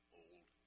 old